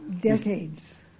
Decades